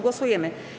Głosujemy.